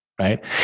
right